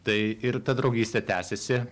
tai ir ta draugystė tęsiasi